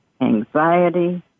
anxiety